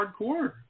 hardcore